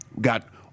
got